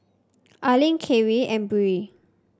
Arlin Carie and Beau